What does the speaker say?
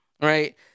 right